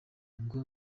ngo